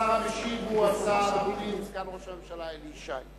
השר המשיב הוא שר הפנים וסגן ראש הממשלה אלי ישי.